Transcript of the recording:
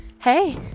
hey